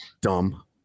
Dumb